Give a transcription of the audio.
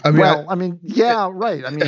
and well, i mean. yeah. right. and yeah